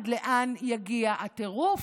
עד לאן יגיע הטירוף?